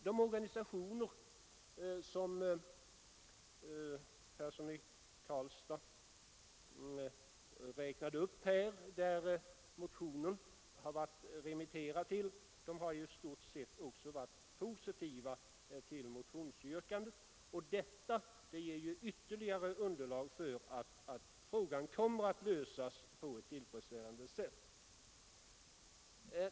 De organisationer som herr Persson i Karlstad räknade upp och till vilka utskottet remitterat motionen för yttrande har också i stort sett varit positiva till motionsyrkandet, och detta ger ju ytterligare underlag för att frågan kommer att lösas på ett tillfredsställande sätt.